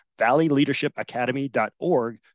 valleyleadershipacademy.org